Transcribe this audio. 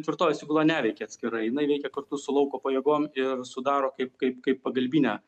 tvirtovės įgula neveikia atskirai jinai veikia kartu su lauko pajėgom ir sudaro kaip kaip kaip pagalbinę